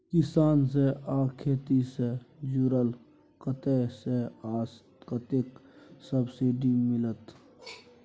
किसान से आ खेती से जुरल कतय से आ कतेक सबसिडी मिलत?